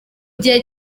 gihe